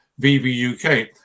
BBUK